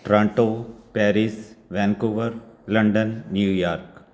Toronto Paris Vancouver London New York